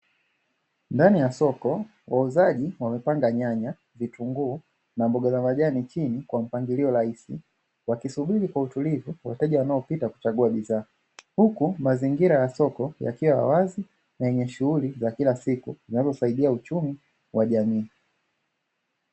Ndani ya soko wauzaji wamepanga nyanya, vitunguu na mboga za majani chini kwa mpangilio rahisi, wakisubiri kwa utulivu wateja wanaopita kuchagua bidhaa, huku mazingira ya soko yakiwa ya wazi na yenye shughuli za kila siku zinazosaidia uchumi wa jamii.